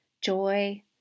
joy